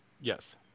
Yes